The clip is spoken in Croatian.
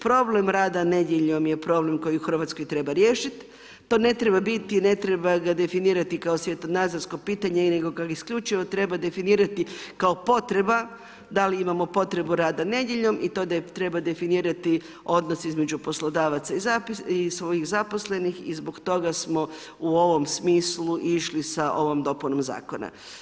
Problem rada nedjeljom, problem koji u Hrvatskoj treba riješiti, to ne treba biti i ne treba ga definirati kao svjetonazorsko pitanje, nego ga isključivo treba definirati, kao potreba, da li imamo potrebu rada nedjeljom i to treba definirati odnos između poslodavaca i svojih zaposlenih i zbog toga smo u ovom smislu išli sa ovom dopunom zakona.